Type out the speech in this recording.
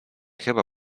chyba